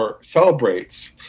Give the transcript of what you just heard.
celebrates